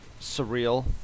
surreal